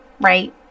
right